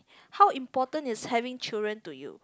how important is having children to you